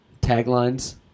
taglines